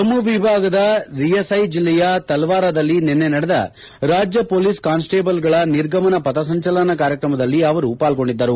ಜಮ್ಮು ವಿಭಾಗದ ರಿಯಸ್ವೆ ಜಿಲ್ಲೆಯ ತಲ್ವಾರದಲ್ಲಿ ನಿನ್ನೆ ನಡೆದ ರಾಜ್ಯ ಪೊಲೀಸ್ ಕಾನ್ಸ್ಟೇಬಲ್ಗಳ ನಿರ್ಗಮನ ಪಥಸಂಚಲನ ಕಾರ್ಯಕ್ರಮದಲ್ಲಿ ಅವರು ಪಾಲ್ಗೊಂಡಿದ್ದರು